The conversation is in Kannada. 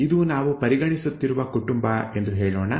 ಇದು ನಾವು ಪರಿಗಣಿಸುತ್ತಿರುವ ಕುಟುಂಬ ಎಂದು ಹೇಳೋಣ